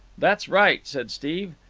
that's right, said steve.